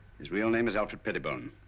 his real name is alfred pettibone,